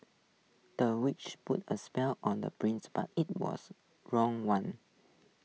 the witch put A spell on the prince but IT was wrong one